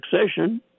succession